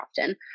often